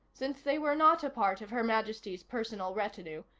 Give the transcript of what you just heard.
since they were not a part of her majesty's personal retinue,